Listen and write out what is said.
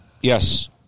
Yes